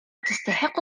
تستحق